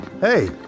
Hey